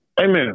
Amen